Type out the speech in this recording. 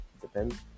depends